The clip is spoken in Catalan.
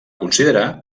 considerar